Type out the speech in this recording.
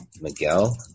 Miguel